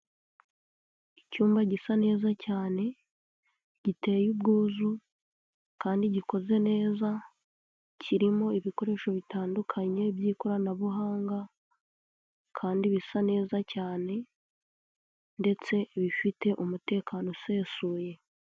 Icyumba gisa neza cyane giteye ubwuzu kandi gikoze neza, kirimo ibikoresho bitandukanye by'ikoranabuhanga kandi bisa neza cyane ndetse bifite umutekano usesuye.